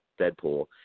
Deadpool